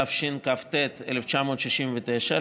התשכ"ט 1969,